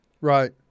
Right